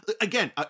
Again